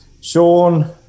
Sean